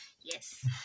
yes